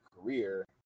career